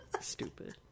Stupid